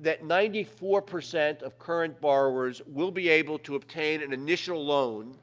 that ninety four percent of current borrowers will be able to obtain an initial loan